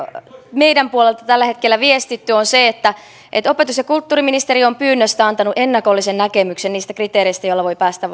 meidän puolelta tällä hetkellä viestitty opetus ja kulttuuriministeriö on pyynnöstä antanut ennakollisen näkemyksen niistä kriteereistä joilla voi päästä